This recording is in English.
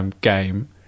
game